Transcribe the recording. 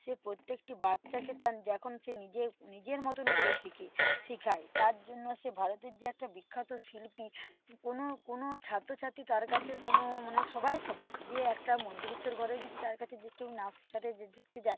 সে প্রত্যেকটি বাচ্চাকে তার যেখন সে নিজে নিজের মতোন করে শেখে শিখায় তার জন্য সে ভারতের যে একটা বিখ্যাত শিল্পী কোনো কোনো ছাত্র ছাত্রী তার কাছে কোনো মানে সবাই সমান যে একটা মধ্যবিত্তের ঘরেও যদি তার কাছে যে কেউ নাচ শিখাতে যে দেখতে যায়